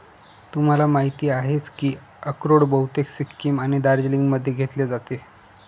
तुम्हाला माहिती आहेच की अक्रोड बहुतेक सिक्कीम आणि दार्जिलिंगमध्ये घेतले जाते